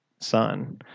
son